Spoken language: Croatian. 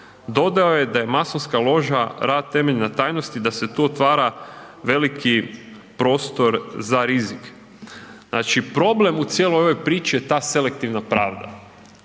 Dodao je da je masonska loža rad temeljena na tajnosti, da se tu otvara veliki prostor za rizik. Znači, problem u cijeloj ovoj priči je ta selektivna pravda.